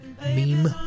Meme